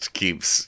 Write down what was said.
keeps